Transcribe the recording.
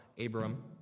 Abram